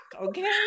okay